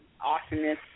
awesomeness